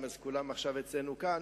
אז כולם עכשיו אצלנו כאן,